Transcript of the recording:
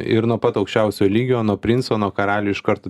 ir nuo pat aukščiausio lygio nuo princo nuo karalių iš karto